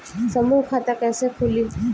समूह खाता कैसे खुली?